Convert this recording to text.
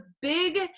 big